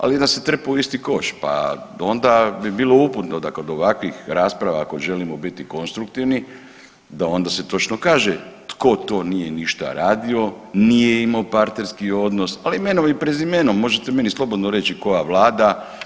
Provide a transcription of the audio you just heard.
Ali nas se trpa u isti koš, pa onda bi bilo uputno da kod ovakvih rasprava ako želimo biti konstruktivni, da onda se točno kaže tko to nije ništa radio, nije imao partnerski odnos ali imenom i prezimenom, možete meni slobodno reći koja Vlada.